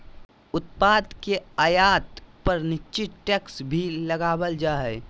उत्पाद के आयात पर निश्चित टैक्स भी लगावल जा हय